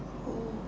oh